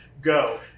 Go